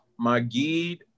Magid